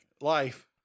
life